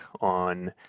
on